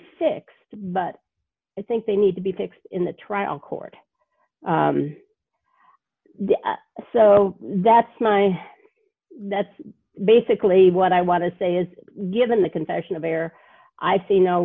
fixed but i think they need to be fixed in the trial court so that's my that's basically what i want to say is given the confessional there i see no